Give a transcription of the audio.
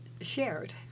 shared